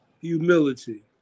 humility